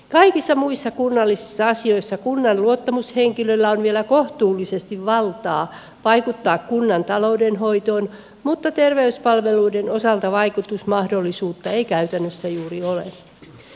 kaikissa muissa kunnallisissa asioissa kunnan luottamushenkilöllä on vielä kohtuullisesti valtaa vaikuttaa kunnan taloudenhoitoon mutta terveyspalveluiden osalta vaikutusmahdollisuutta ei käytännössä juuri ole